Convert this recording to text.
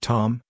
Tom